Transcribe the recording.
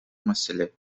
маселе